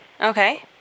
Okay